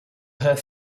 her